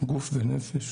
גוף ונפש.